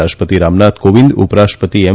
રાષ્ટ્રપતિ રામનાથ કોવિંદ ઉપરાષ્ટ્રપતિ એમ